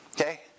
Okay